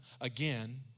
again